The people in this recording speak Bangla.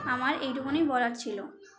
আমার এইটুকুনই বলার ছিল